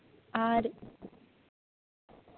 ᱟᱨ